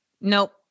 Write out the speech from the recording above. nope